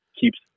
keeps